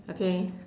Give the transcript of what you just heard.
okay